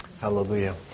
Hallelujah